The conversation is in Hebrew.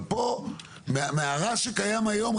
אבל מהרע שקיים היום,